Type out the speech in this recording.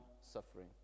suffering